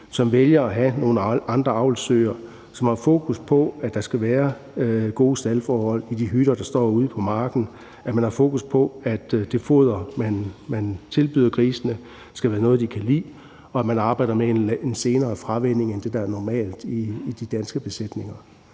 som vælger at have nogle andre avlsdyr, og som har fokus på, at der skal være gode forhold i de hytter, der står ude på marken, og at det foder, man tilbyder grisene, skal være noget, de kan lide, og som arbejder med en senere fravænning, end hvad der er normalt i de danske besætninger.